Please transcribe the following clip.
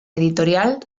editorial